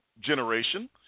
generation